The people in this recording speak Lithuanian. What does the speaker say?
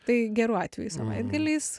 tai geru atveju savaitgaliais